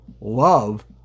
love